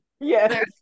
yes